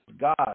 God